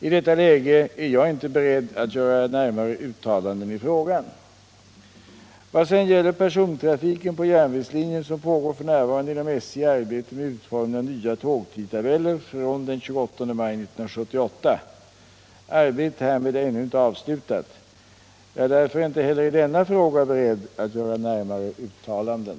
I detta läge är jag inte beredd att göra närmare uttalanden i frågan. Vad sedan gäller persontrafiken på järnvägslinjen så pågår f. n. inom SJ arbete med utformning av nya tågtidtabeller från den 28 maj 1978. Arbetet härmed är ännu inte avslutat. Jag är därför inte heller i denna fråga beredd att göra närmare uttalanden.